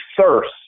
thirst